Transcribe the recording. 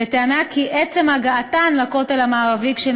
בטענה כי עצם הגעתן לכותל המערבי כשהן